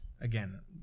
again